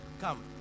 come